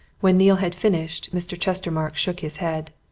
when neale had finished, mr. chestermarke shook his head.